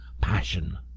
passion